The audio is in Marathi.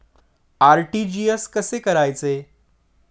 आर.टी.जी.एस कसे करायचे?